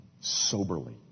soberly